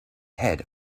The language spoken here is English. head